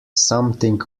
something